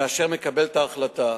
אשר מקבל את ההחלטה.